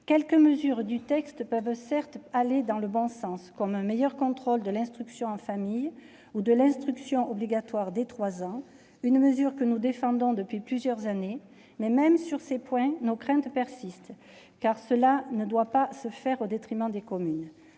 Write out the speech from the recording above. Quelques dispositions peuvent, certes, aller dans le bon sens. Je pense au meilleur contrôle de l'instruction en famille ou à l'instruction obligatoire dès 3 ans, une mesure que nous défendons depuis plusieurs années. Mais même sur ces points, nos craintes persistent, car ces réformes ne doivent pas être mises en oeuvre au détriment des communes.